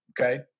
okay